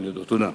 תודה.